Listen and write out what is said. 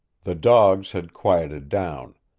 the dogs had quieted down.